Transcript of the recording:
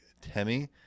Temi